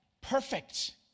perfect